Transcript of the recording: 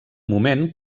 moment